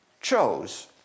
chose